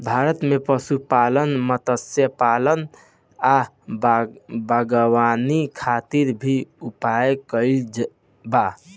भारत में पशुपालन, मत्स्यपालन आ बागवानी खातिर भी उपाय कइल बा